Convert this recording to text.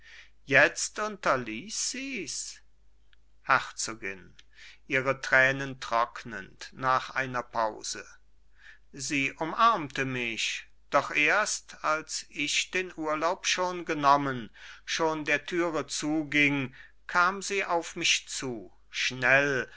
jetzt unterließ sies herzogin ihre tränen trocknend nach einer pause sie umarmte mich doch erst als ich den urlaub schon genommen schon der türe zuging kam sie auf mich zu schnell